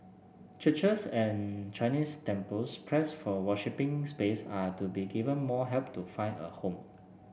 churches and Chinese temples pressed for worshipping space are to be given more help to find a home